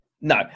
No